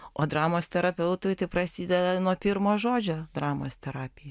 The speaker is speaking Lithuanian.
o dramos terapeutui tai prasideda nuo pirmo žodžio dramos terapija